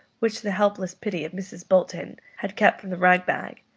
which the helpless piety of mrs. bolton had kept from the rag-bag,